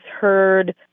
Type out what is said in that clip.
heard